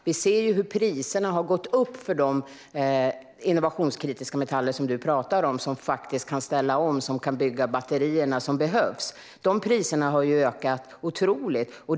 Vi ser hur priserna har ökat otroligt mycket på de innovationskritiska metaller som du talar om och som behövs för att bygga de batterier som behövs för att ställa om.